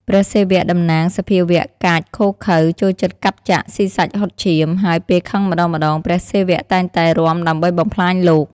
ព្រះសិវៈតំណាងសភាវៈកាចឃោរឃៅ ចូលចិត្តកាប់ចាក់ ស៊ីសាច់ហុតឈាម ហើយពេលខឹងម្តងៗព្រះសិវៈតែងតែរាំដើម្បីបំផ្លាញលោក។